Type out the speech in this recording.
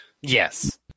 Yes